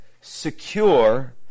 secure